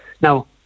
Now